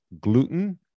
gluten